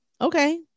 okay